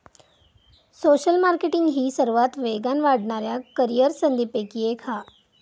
social marketing ही सर्वात वेगान वाढणाऱ्या करीअर संधींपैकी एक हा